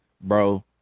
bro